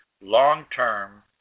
long-term